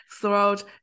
throughout